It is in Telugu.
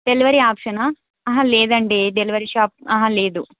డెలివరీ ఆప్షనా లేదండి డెలివరీ షాప్ లేదు